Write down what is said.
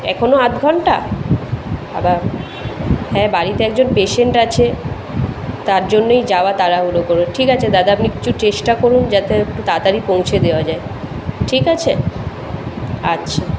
এখনও আধঘন্টা বাবা হ্যাঁ বাড়িতে একজন পেশেন্ট আছে তার জন্যেই যাওয়া তাড়াহুড়ো করে ঠিক আছে দাদা একটু চেষ্টা করুন যাতে একটু তাড়াতাড়ি পৌঁছে দেওয়া যায় ঠিক আছে আচ্ছা